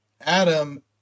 Adam